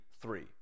three